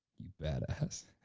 you badass,